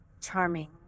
Charming